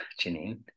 Janine